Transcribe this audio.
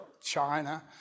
China